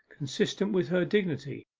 consistent with her dignity,